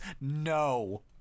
No